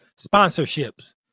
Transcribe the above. sponsorships